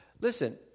listen